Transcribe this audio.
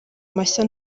mashya